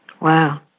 Wow